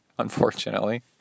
unfortunately